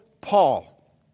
Paul